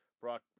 Brock